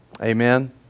Amen